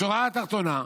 בשורה התחתונה,